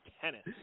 tennis